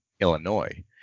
Illinois